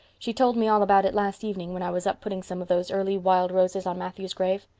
she told me all about it last evening when i was up putting some of those early wild roses on matthew's grave.